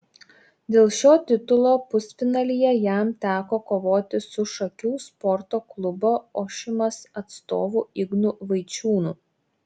dėl šio titulo pusfinalyje jam teko kovoti su šakių sporto klubo ošimas atstovu ignu vaičiūnu